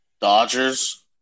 Dodgers